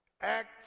act